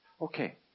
Okay